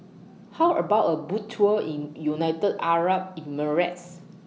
How about A Boat Tour in United Arab Emirates